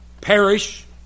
Perish